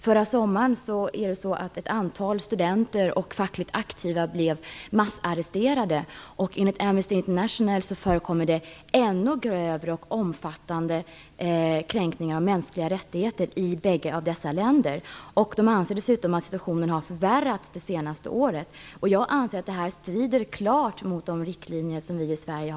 Förra sommaren massarresterades ett antal studenter och fackligt aktiva, och enligt Amnesty International förekommer det ännu grövre och mer omfattande kränkningar av mänskliga rättigheter i bägge länderna. Man anser dessutom att situationen har förvärrats under det senaste året. Jag anser att detta klart strider mot de riktlinjer som gäller i Sverige.